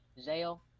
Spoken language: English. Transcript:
Zale